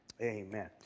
amen